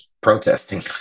protesting